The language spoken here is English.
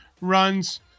runs